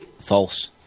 False